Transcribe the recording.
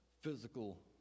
physical